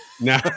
No